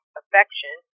affection